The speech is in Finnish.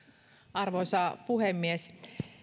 arvoisa puhemies